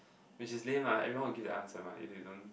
which is lame lah everyone will give the answer mah if you don't